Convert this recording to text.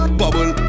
bubble